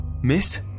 Miss